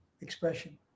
expression